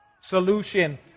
solution